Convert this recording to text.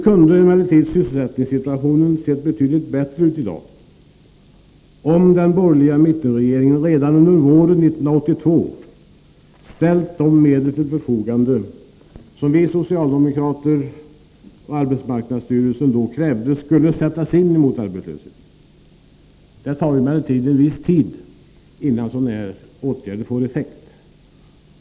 Sysselsättningssituationen kunde emellertid ha sett betydligt bättre ut i dag om den borgerliga mittenregeringen redan under våren 1982 ställt de medel till förfogande som vi socialdemokrater och arbetsmarknadsstyrelsen då krävde skulle sättas in mot arbetslösheten. Det tar nämligen sin tid innan sådana åtgärder får effekt.